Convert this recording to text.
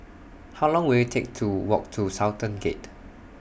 How Long Will IT Take to Walk to Sultan Gate